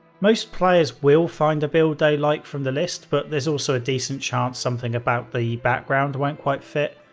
most players will find a build they like from the list, but there's also a decent chance something about the background won't quite fit.